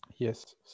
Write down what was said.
Yes